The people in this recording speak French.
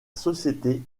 société